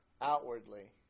Outwardly